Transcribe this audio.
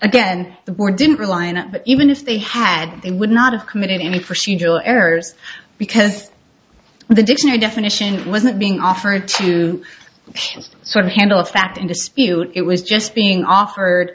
again the word didn't rely on it but even if they had they would not have committed any procedural errors because the dictionary definition wasn't being offered to sort of handle a fact in dispute it was just being offered